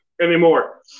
anymore